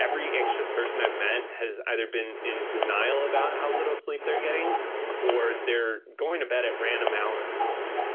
every anxious have met has either been in denial about how little sleep they are getting or they are going to bed at random hours